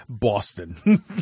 Boston